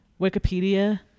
Wikipedia